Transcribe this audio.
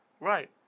Right